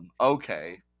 okay